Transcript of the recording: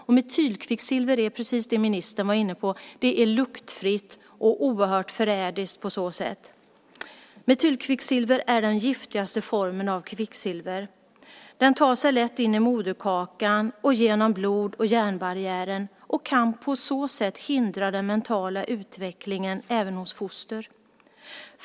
Och metylkvicksilver är, precis som ministern var inne på, luktfritt och oerhört förrädiskt på så sätt. Metylkvicksilver är den giftigaste formen av kvicksilver. Den tar sig lätt in i moderkakan och genom blod och hjärnbarriären och kan på så sätt hindra den mentala utvecklingen även hos foster.